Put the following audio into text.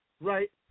right